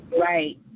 Right